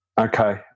Okay